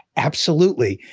absolutely.